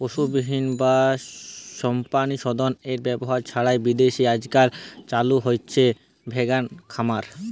পশুবিহীন বা প্রাণিসম্পদএর ব্যবহার ছাড়াই বিদেশে আজকাল চালু হইচে ভেগান খামার